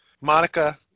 Monica